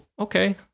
okay